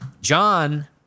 John